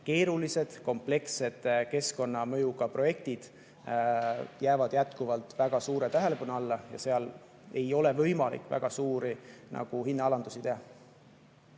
keerulised komplekssed keskkonnamõjuga projektid jäävad jätkuvalt väga suure tähelepanu alla. Seal ei ole võimalik väga suuri hinnaalandusi teha.